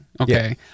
Okay